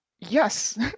Yes